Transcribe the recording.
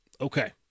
Okay